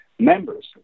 Members